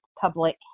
public